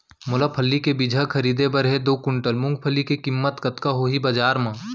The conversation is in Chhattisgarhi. मोला फल्ली के बीजहा खरीदे बर हे दो कुंटल मूंगफली के किम्मत कतका होही बजार म?